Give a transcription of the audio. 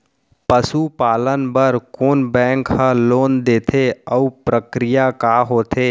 पसु पालन बर कोन बैंक ह लोन देथे अऊ प्रक्रिया का होथे?